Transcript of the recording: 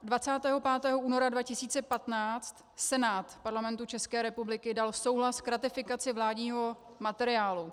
25. února 2015 Senát Parlamentu České republiky dal souhlas k ratifikaci vládního materiálu.